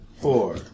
four